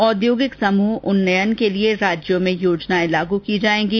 औद्योगिक समूह उन्नयन के लिए राज्यों में योजनाएं लागू की जाएंगी